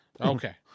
Okay